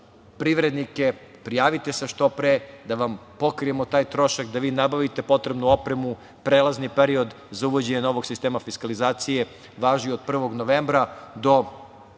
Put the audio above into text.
privrednike, prijavite se što pre da vam pokrijemo taj trošak, da vi nabavite potrebnu opremu. Prelazni period za uvođenje novog sistema fiskalizacije važi od 1. novembra do